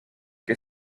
que